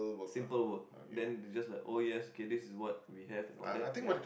simple work then they just like oh yes okay this is what we have and all that ya